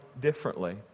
differently